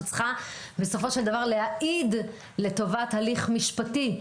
שצריכה להעיד לטובת הליך משפטי.